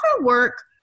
work